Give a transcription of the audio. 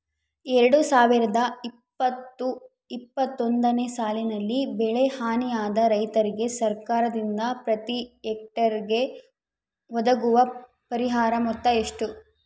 ಎರಡು ಸಾವಿರದ ಇಪ್ಪತ್ತು ಇಪ್ಪತ್ತೊಂದನೆ ಸಾಲಿನಲ್ಲಿ ಬೆಳೆ ಹಾನಿಯಾದ ರೈತರಿಗೆ ಸರ್ಕಾರದಿಂದ ಪ್ರತಿ ಹೆಕ್ಟರ್ ಗೆ ಒದಗುವ ಪರಿಹಾರ ಮೊತ್ತ ಎಷ್ಟು?